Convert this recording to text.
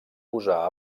posar